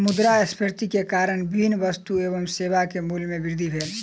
मुद्रास्फीति के कारण विभिन्न वस्तु एवं सेवा के मूल्य में वृद्धि भेल